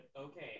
okay